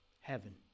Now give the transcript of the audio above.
Heaven